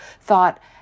Thought